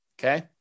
okay